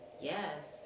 yes